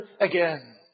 again